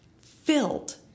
filled